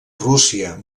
rússia